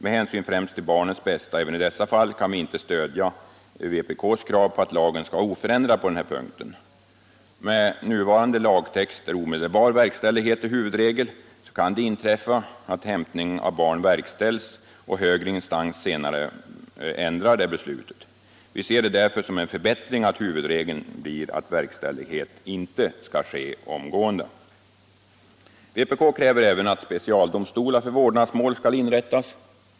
Med hänsyn främst till barnets bästa även i dessa fall kan vi inte stödja vpk:s krav på att lagen skall vara oförändrad på denna punkt. Med nuvarande lagtext, där omedelbar verkställighet är huvudregel, kan det inträffa att hämtning av barn verkställts och högre instans senare ändrar beslutet. Vi ser det därför som en förbättring att huvudregeln nu blir att verkställighet inte skall ske omgående. Vpk kräver även att specialdomstolar för vårdnadsmål skall inrättas.